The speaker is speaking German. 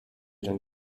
denn